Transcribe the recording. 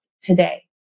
today